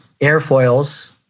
airfoils